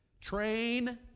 Train